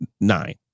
nine